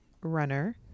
runner